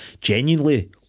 genuinely